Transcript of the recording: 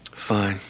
fine,